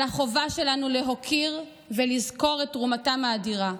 על החובה שלנו להוקיר ולזכור את תרומתם האדירה.